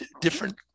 different